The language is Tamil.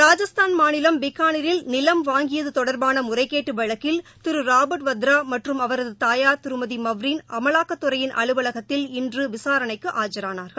ராஜஸ்தான் மாநிலம் பிக்கானீரில் நிலம் வாங்கியது தொடர்பான முறைகேட்டு வழக்கில் திரு ராபர்ட் வத்ரா அவரது தாயார் திருமதி மவ்ரீன் அமலாக்கத்துறையின் அலுவலகத்தில் இன்று விசாரணைக்கு ஆஐரானார்கள்